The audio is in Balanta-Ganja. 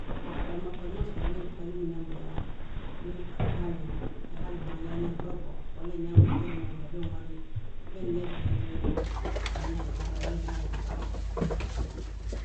A bhali ma, bhali ma súmni we gí bhalim biñaŋ bimoon, ndi inhali mo, inhali fmanga, inan yaa ngi broto. Walla nyaa mo ngi bwil ma húrin yaa be wali, be nleefi liiti wiinda ma. Inan nyaa ngi ghaala, walla nyaa mo gifaar.